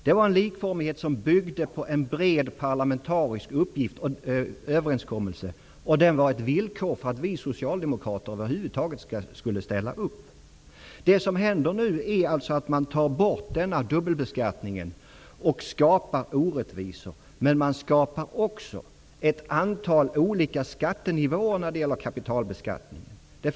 Denna likformighet byggde på en bred parlamentarisk överenskommelse, och den var ett villkor för att vi socialdemokrater över huvud taget skulle ställa upp. Det som nu händer är att man genom borttagandet av denna dubbelbeskattning dels skapar orättvisor, dels åstadkommer ett antal olika skattenivåer inom kapitalbeskattningen.